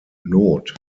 not